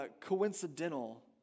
coincidental